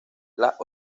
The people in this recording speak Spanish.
las